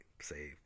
Say